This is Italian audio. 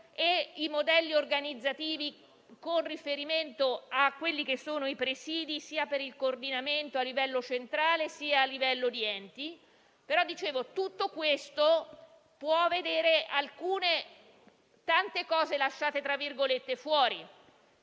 e i modelli organizzativi con riferimento ai presìdi sia per il coordinamento a livello centrale che a livello di enti. Tutto questo può far sì che tante cose siano lasciate fuori.